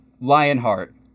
lionheart